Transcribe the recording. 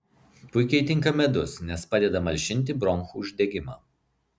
puikiai tinka medus nes padeda malšinti bronchų uždegimą